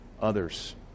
others